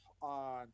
on